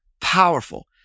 powerful